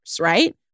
right